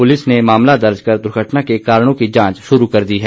police ने मामला दर्ज कर दुर्घटना के कारणों की जांच शुरू कर दी है